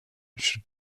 should